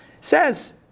says